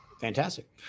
Fantastic